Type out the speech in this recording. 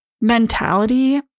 mentality